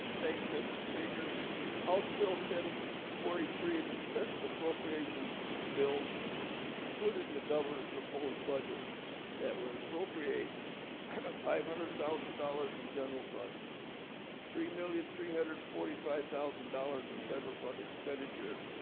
thank you mr. speaker house bill ten forty three is a special appropriations bill included in the governor's proposed budget that would appropriate five hundred thousand dollars in general funds three million three hundred and forty five thousand dollars in federal funding spend ature